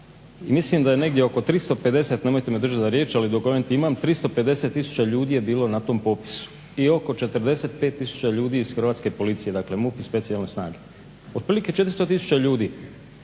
i mislim da je negdje oko 350 nemojte me držati za riječ, ali dokument imam, 350 tisuća ljudi je bilo na tom popisu i oko 45 tisuća ljudi iz Hrvatske policije, dakle MUP i Specijalne snage. Otprilike 400 tisuća ljudi,